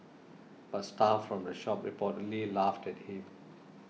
but staff from the shop reportedly laughed at him